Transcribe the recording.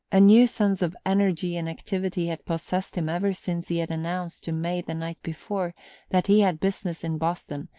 a new sense of energy and activity had possessed him ever since he had announced to may the night before that he had business in boston,